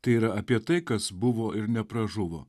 tai yra apie tai kas buvo ir nepražuvo